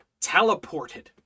teleported